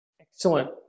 Excellent